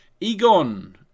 Egon